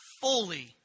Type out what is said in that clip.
fully